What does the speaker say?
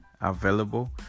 available